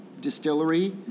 distillery